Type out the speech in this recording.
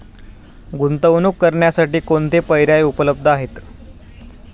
गुंतवणूक करण्यासाठी कोणते पर्याय उपलब्ध आहेत?